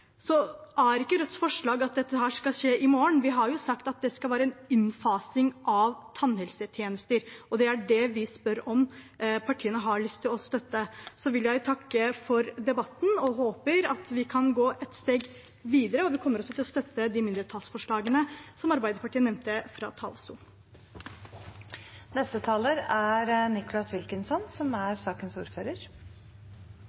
Rødts forslag er ikke at dette skal skje i morgen. Vi har sagt det skal være en innfasing av tannhelsetjenester, og det er det vi spør om partiene har lyst til å støtte. Jeg vil takke for debatten og håper vi kan gå et steg videre. Vi kommer til å støtte de mindretallsforslagene som Arbeiderpartiet nevnte fra talerstolen. Jeg er stolt av at så mange vil snakke om tannhelse, det har ikke skjedd så ofte på Stortinget. Jeg er